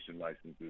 licenses